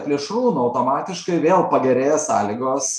plėšrūnų automatiškai vėl pagerėjo sąlygos